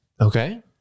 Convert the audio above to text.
Okay